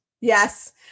Yes